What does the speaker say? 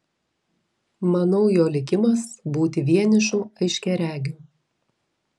manau jo likimas būti vienišu aiškiaregiu